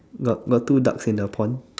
got got two ducks in the pond